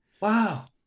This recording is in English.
Wow